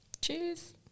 cheers